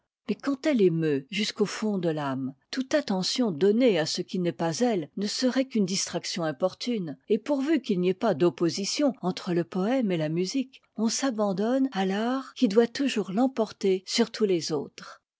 mais quand elle émeut jusqu'au fond de l'âme toute attention donnée à cè qui n'est pas elle ne serait qu'une distraction importune et pourvu qu'il n'y ait pas d'opposition entre le poëme et la musique on s'abandonne à l'art qui doit toujours l'emporter sur tous les autres